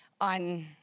on